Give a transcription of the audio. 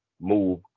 move